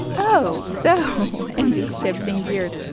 oh, so and just shifting gears